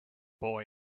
boy